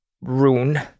rune